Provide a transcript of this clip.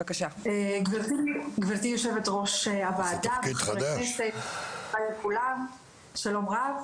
גברתי יו"ר הוועדה, חברי כנסת, שלום רב,